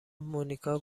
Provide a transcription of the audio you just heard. مونیکا